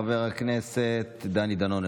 חבר הכנסת דני דנון,